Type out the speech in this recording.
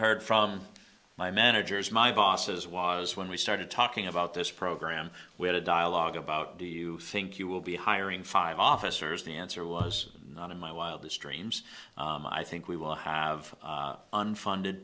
heard from my managers my bosses was when we started talking about this program we had a dialogue about do you think you will be hiring five officers the answer was not in my wildest dreams i think we will have unfunded